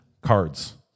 cards